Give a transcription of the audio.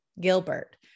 Gilbert